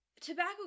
tobacco